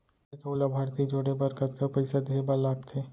एक अऊ लाभार्थी जोड़े बर कतका पइसा देहे बर लागथे?